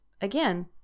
again